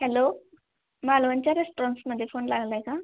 hello मालवणच्या रेस्टॉरन्समध्ये phone लागला आहे का